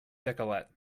decollete